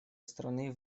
страны